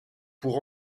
pour